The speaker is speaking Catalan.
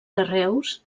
carreus